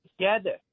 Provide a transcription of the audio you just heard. together